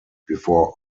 before